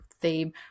theme